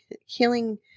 healing